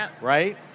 right